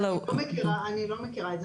אני לא מכירה את זה.